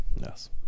Yes